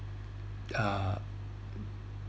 uh